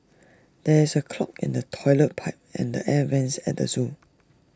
there is A clog in the Toilet Pipe and the air Vents at the Zoo